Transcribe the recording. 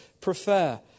prefer